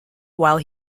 while